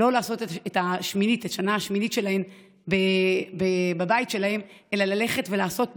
לא לעשות את השנה השמינית שלהן בבית שלהן אלא ללכת ולעשות בפריפריה,